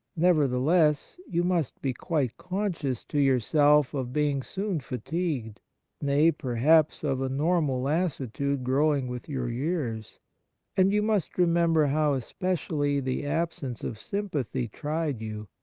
nevertheless, you must be quite conscious to yourself of being soon fatigueda nay, perhaps of a normal lassitude growing with your years and you must remember how especially the absence of sympathy tried you,